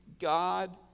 God